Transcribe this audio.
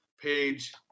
page